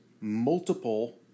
multiple